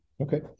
Okay